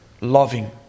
loving